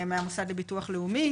מהמוסד לביטוח לאומי,